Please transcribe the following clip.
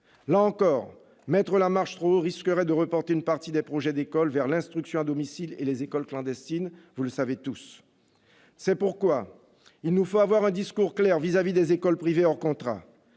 Là encore, placer la barre trop haut risquerait, nous le savons tous, de reporter une partie des projets d'école vers l'instruction à domicile et les écoles clandestines. C'est pourquoi il nous faut avoir un discours clair vis-à-vis des écoles privées hors contrat